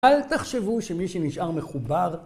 אל תחשבו שמי שנשאר מחובר...